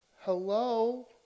Hello